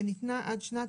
שניתנה עד שנת